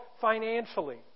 financially